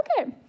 Okay